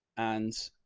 and